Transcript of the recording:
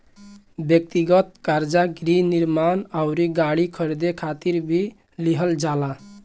ब्यक्तिगत कर्जा गृह निर्माण अउरी गाड़ी खरीदे खातिर भी लिहल जाला